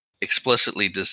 explicitly